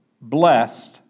blessed